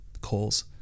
calls